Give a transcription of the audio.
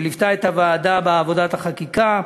שליוותה את הוועדה בעבודת החקיקה,